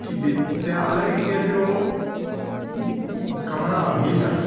कि विद्यालय के जो कमरा भीतर